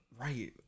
right